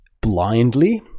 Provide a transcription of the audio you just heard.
blindly